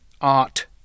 art